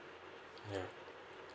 mm